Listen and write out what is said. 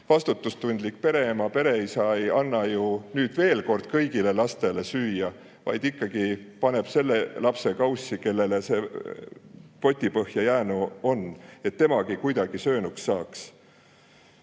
vastutustundlik pereema, pereisa nüüd ju veel kord kõigile lastele süüa, vaid ikkagi paneb selle lapse kaussi potipõhja jäänu, et temagi kuidagi söönuks saaks.